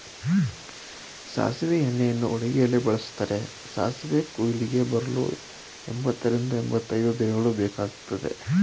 ಸಾಸಿವೆ ಎಣ್ಣೆಯನ್ನು ಅಡುಗೆಯಲ್ಲಿ ಬಳ್ಸತ್ತರೆ, ಸಾಸಿವೆ ಕುಯ್ಲಿಗೆ ಬರಲು ಎಂಬತ್ತರಿಂದ ಎಂಬತೈದು ದಿನಗಳು ಬೇಕಗ್ತದೆ